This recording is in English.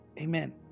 Amen